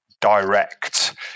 direct